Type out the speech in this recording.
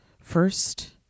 First